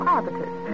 Arbiters